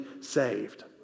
saved